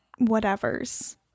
whatevers